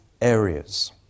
areas